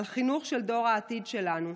על חינוך דור העתיד שלנו.